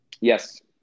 Yes